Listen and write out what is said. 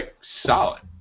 solid